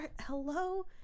hello